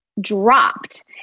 dropped